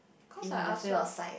cause I ask her